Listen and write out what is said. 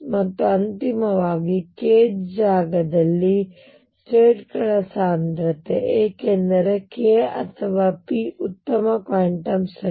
ಮತ್ತು ಅಂತಿಮವಾಗಿ k ಜಾಗದಲ್ಲಿ ಸ್ಟೇಟ್ ಗಳ ಸಾಂದ್ರತೆ ಏಕೆಂದರೆ k ಅಥವಾ p ಉತ್ತಮ ಕ್ವಾಂಟಮ್ ಸಂಖ್ಯೆ